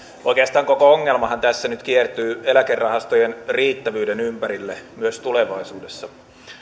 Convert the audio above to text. oikeastaan koko ongelmahan tässä nyt kiertyy eläkerahastojen riittävyyden ympärille myös tulevaisuudessa